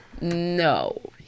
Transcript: No